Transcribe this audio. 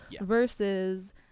versus